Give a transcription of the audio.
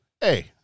hey